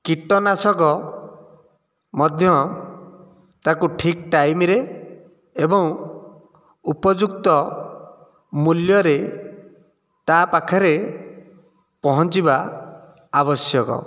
କୀଟନାଶକ ମଧ୍ୟ ତାକୁ ଠିକ ଟାଇମରେ ଏବଂ ଉପଯୁକ୍ତ ମୂଲ୍ୟରେ ତା'ପାଖରେ ପହଞ୍ଚିବା ଆବଶ୍ୟକ